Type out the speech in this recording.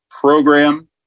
program